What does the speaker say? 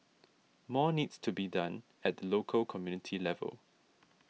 more needs to be done at the local community level